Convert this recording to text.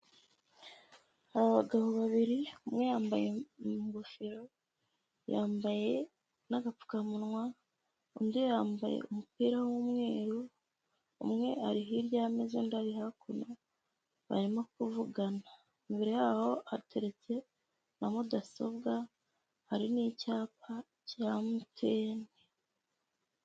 Hari abagabo babiri, umwe yambaye ingofero, yambaye n'agapfukamunwa, undi yambaye umupira w'umweru, umwe ari hirya y'ameza, undi ari hakuno, barimo kuvugana, imbere yaho hateretse na mudasobwa, hari n'icyapa cya MTN.